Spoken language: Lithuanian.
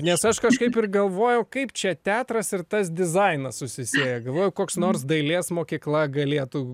nes aš kažkaip ir galvojau kaip čia teatras ir tas dizainas susisieja galvojau koks nors dailės mokykla galėtų